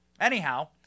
Anyhow